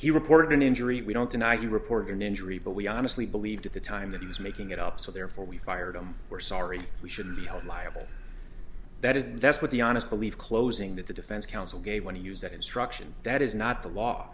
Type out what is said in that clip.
he reported an injury we don't deny the report of an injury but we honestly believed at the time that he was making it up so therefore we fired him we're sorry we shouldn't be held liable that is that's what the honest believe closing that the defense counsel gave when he used that instruction that is not the law